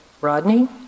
Rodney